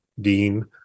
Dean